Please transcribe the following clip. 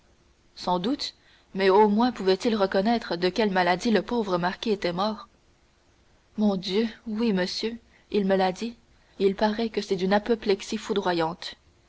sans doute mais au moins pouvait-il reconnaître de quelle maladie le pauvre marquis était mort mon dieu oui monsieur il me l'a dit il paraît que c'est d'une apoplexie foudroyante